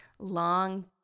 long